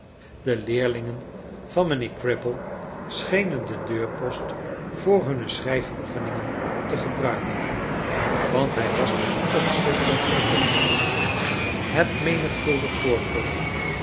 de leerlingen van mijnheer cripple schenen den deurpost voor hunne schrijfoefeningen te gebruiken want hij was met opschriften overdekt het menigvuldig voorkomen